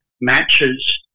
matches